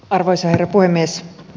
arvoisa herra puhemies